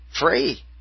free